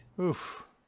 Oof